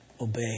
obey